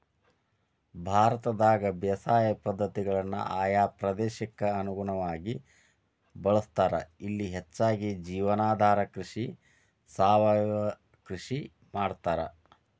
ಭಾರತದಾಗ ಬೇಸಾಯ ಪದ್ಧತಿಗಳನ್ನ ಆಯಾ ಪ್ರದೇಶಕ್ಕ ಅನುಗುಣವಾಗಿ ಬಳಸ್ತಾರ, ಇಲ್ಲಿ ಹೆಚ್ಚಾಗಿ ಜೇವನಾಧಾರ ಕೃಷಿ, ಸಾವಯವ ಕೃಷಿ ಮಾಡ್ತಾರ